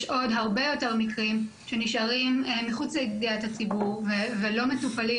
עוד הרבה יותר מקרים שנשארים מחוץ לידיעת הציבור ולא מטופלים